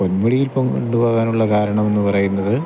പൊന്മുടി ഇപ്പം കൊണ്ടു പോകാനുള്ള കാരണം എന്നു പറയുന്നത്